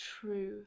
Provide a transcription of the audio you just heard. true